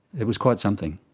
it was quite something.